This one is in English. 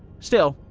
still,